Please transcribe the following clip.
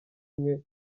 mwe